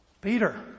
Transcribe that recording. Peter